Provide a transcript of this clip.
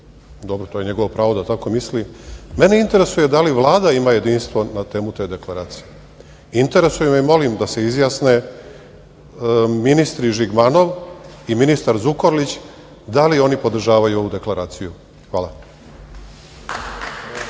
Dobro, to je njegovo pravo da tako misli. Mene interesuje da li Vlada ima jedinstvo na temu te deklaracije? Interesuje me i molim da se izjasne ministar Žigmanov i ministar Zukorlić da li oni podržavaju ovu deklaraciju? Hvala.